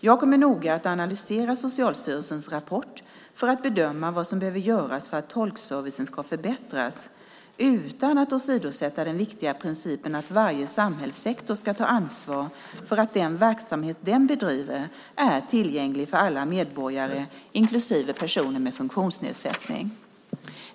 Jag kommer noga att analysera Socialstyrelsens rapport för att bedöma vad som behöver göras för att tolkservicen ska förbättras utan att man åsidosätter den viktiga principen om att varje samhällssektor ska ta ansvar för att den verksamhet den bedriver är tillgänglig för alla medborgare inklusive personer med funktionsnedsättning.